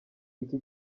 iki